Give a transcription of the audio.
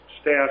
staff